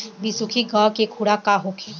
बिसुखी गाय के खुराक का होखे?